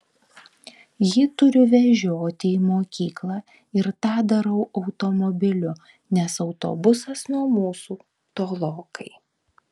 jį turiu vežioti į mokyklą ir tą darau automobiliu nes autobusas nuo mūsų tolokai